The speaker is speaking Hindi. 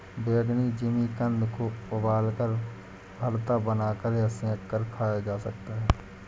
बैंगनी जिमीकंद को उबालकर, भरता बनाकर या सेंक कर खाया जा सकता है